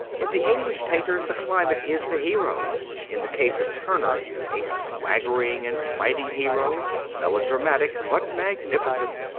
in the english painters the climate is the hero in the case of turner a swaggering and fighting hero, melo dramatic but magnificent.